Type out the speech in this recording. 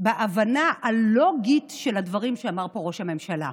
ההבנה הלוגית בדברים שאמר פה ראש הממשלה.